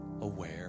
aware